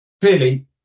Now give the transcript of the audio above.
clearly